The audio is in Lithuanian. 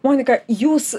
monika jūs